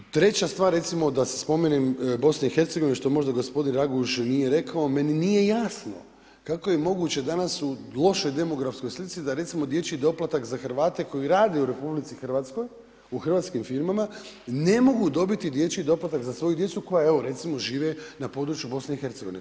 Treća stvar recimo da se spomenem BiH-a, što možda gospodin Raguž nije rekao, meni nije jasno kako je moguće danas u lošoj demografskoj slici da recimo dječji doplatak za Hrvate koji rade u RH u hrvatskim firmama ne mogu dobiti dječji doplatak za svoju djecu koja evo recimo žive na području BiH-a.